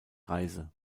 reise